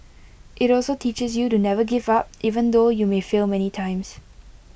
IT also teaches you to never give up even though you may fail many times